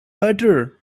butter